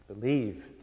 Believe